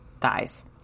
thighs